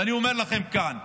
ואני אומר לכם כאן,